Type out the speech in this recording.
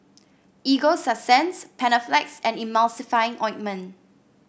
Ego Sunsense Panaflex and Emulsying Ointment